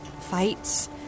Fights